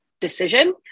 decision